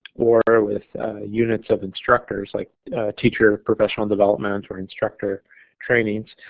or with units of instructors like teacher, professional development, or instructor trainings